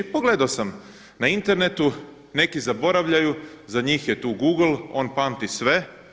Pogledao sam na internetu, neki zaboravljaju, za njih je tu google, on pamti sve.